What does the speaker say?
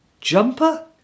jumper